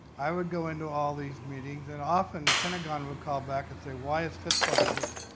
i would go into all these meetings and often the pentagon would call back and say, why is fitzwater here?